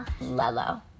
Lello